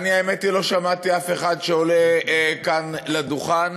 והאמת היא שלא שמעתי אף אחד שעולה כאן לדוכן